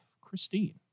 Christine